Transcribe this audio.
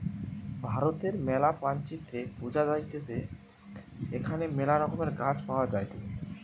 ভারতের ম্যালা মানচিত্রে বুঝা যাইতেছে এখানে মেলা রকমের গাছ পাওয়া যাইতেছে